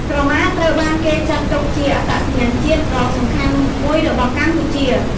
ក្រមាត្រូវបានគេចាត់ទុកជា អត្តសញ្ញាណជាតិ ដ៏សំខាន់មួយរបស់កម្ពុជា។